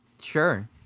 sure